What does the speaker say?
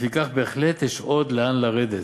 לפיכך, בהחלט יש עוד לאן לרדת.